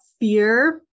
fear